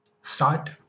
start